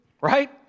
Right